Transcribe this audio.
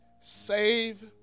Save